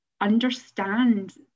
understand